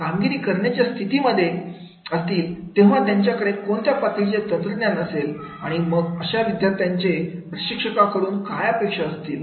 कामगिरी करण्याच्या स्थितीमध्ये तेव्हा त्यांच्याकडे कोणत्या पातळीचे तंत्रज्ञान असेल आणि मग अशा विद्यार्थ्यांचे प्रशिक्षका कडून काय अपेक्षा असतील